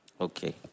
Okay